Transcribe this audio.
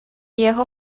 یهو